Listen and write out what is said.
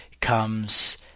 comes